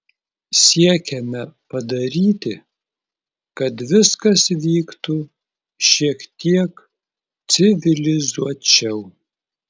siekiame padaryti kad viskas vyktų šiek tiek civilizuočiau